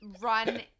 run